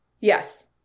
Yes